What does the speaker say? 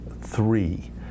three